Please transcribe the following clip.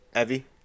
evie